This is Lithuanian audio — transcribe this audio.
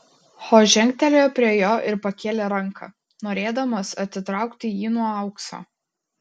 ho žengtelėjo prie jo ir pakėlė ranką norėdamas atitraukti jį nuo aukso